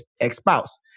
ex-spouse